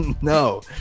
no